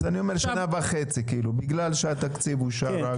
אז שנה וחצי, בגלל שהתקציב אושר.